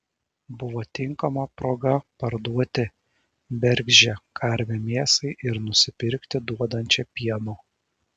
buvo tinkama proga parduoti bergždžią karvę mėsai ir nusipirkti duodančią pieno